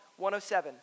107